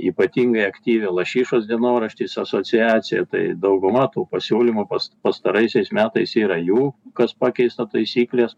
ypatingai aktyvi lašišos dienoraštis asociacijoje tai dauguma tų pasiūlymų pastaraisiais metais yra jų kas pakeista taisyklės